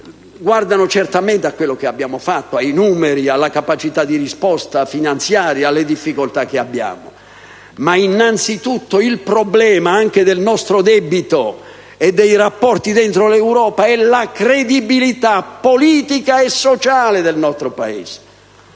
guardano certamente a quello che abbiamo fatto, ai numeri, alla capacità di risposta finanziaria alle difficoltà che abbiamo, ma vi è innanzitutto il problema del nostro debito e nei rapporti dentro l'Europa della credibilità politica e sociale del nostro Paese.